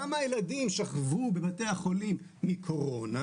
כמה ילדים שכבו בבתי החולים מקורונה,